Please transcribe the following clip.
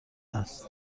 است